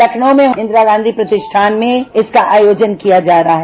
लखनऊ में इंदिरा गांधी प्रतिष्ठन में इसका आयोजन किया जा रहा है